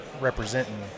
representing